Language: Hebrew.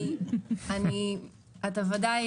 אתה ודאי,